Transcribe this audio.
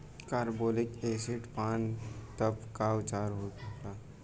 Carbolic acid पान तब का उपचार होखेला?